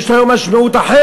יש לו היום משמעות אחרת.